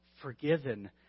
forgiven